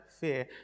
fear